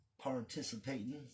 participating